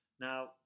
Now